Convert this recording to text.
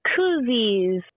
koozies